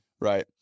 right